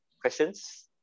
questions